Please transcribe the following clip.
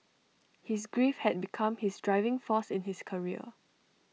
his grief had become his driving force in his career